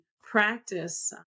practice